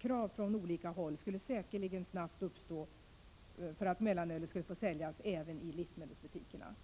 Krav från olika håll skulle säkerligen snabbt uppstå på att mellanölet skulle få säljas även i livsmedelsbutikerna.